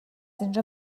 اینجا